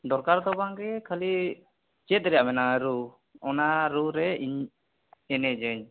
ᱫᱚᱨᱠᱟᱨ ᱫᱚ ᱵᱟᱝ ᱜᱮ ᱠᱷᱟᱹᱞᱤ ᱪᱮᱫ ᱨᱮᱭᱟᱜ ᱢᱮᱱᱟᱜᱼᱟ ᱨᱩ ᱚᱱᱟ ᱨᱩ ᱨᱮ ᱤᱧ ᱮᱱᱮᱡᱟᱹᱧ